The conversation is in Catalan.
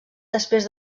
després